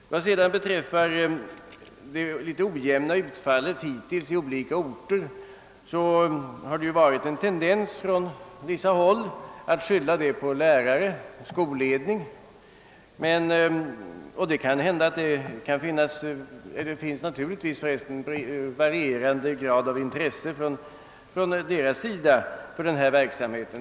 Det har från skilda håll funnits en tendens att skylla det hittills ojämna utfallet beträffande samarbetsnämnderna i olika orter på lärare och skolledning, och det finns naturligtvis varierande grad av intresse från deras sida för denna verksamhet.